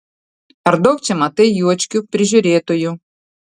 ar daug čia matai juočkių prižiūrėtojų